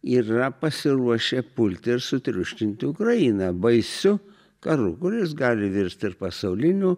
yra pasiruošę pulti ir sutriuškinti ukrainą baisiu karu kuris gali virst ir pasauliniu